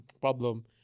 problem